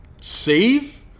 save